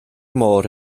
môr